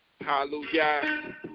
hallelujah